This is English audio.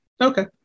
Okay